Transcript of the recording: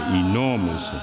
enormous